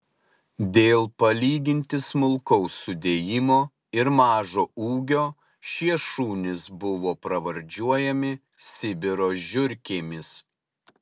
dėl palyginti smulkaus sudėjimo ir mažo ūgio šie šunys buvo pravardžiuojami sibiro žiurkėmis